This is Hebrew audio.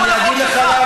אדוני השר.